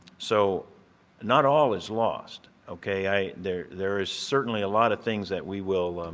so not all is lost, okay? i there there is certainly a lot of things that we will